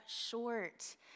short